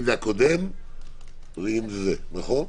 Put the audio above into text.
אם זה הקודם ואם זה, נכון?